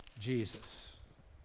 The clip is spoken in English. Jesus